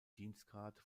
dienstgrad